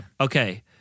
Okay